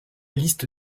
liste